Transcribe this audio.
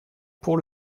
pour